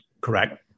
Correct